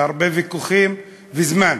הרבה ויכוחים וזמן.